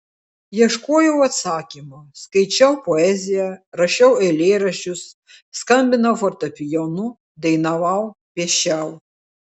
ieškojau atsakymo skaičiau poeziją rašiau eilėraščius skambinau fortepijonu dainavau piešiau